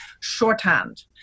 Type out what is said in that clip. shorthand